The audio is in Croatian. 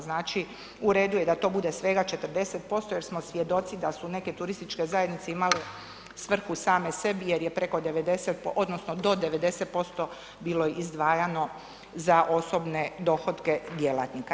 Znači, u redu je da to bude svega 40% jer smo svjedoci da su neke turističke zajednice imale svrhu same sebi jer je preko 90% odnosno do 90% bilo izdvajano za osobne dohotke djelatnika.